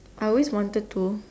I always wanted to